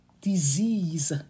disease